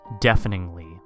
deafeningly